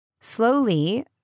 Slowly